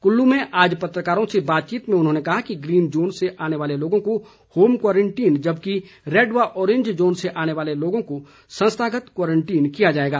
कुल्लू में आज पत्रकारों से बातचीत में उन्होंने कहा कि ग्रीन जोन से आने वाले लोगों को होम क्वारंटीन जबकि रैड व अॅरेंज जोन से आने वालों को संस्थागत क्वारंटीन किया जाएगा